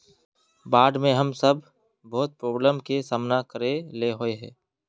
बाढ में हम सब बहुत प्रॉब्लम के सामना करे ले होय है?